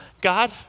God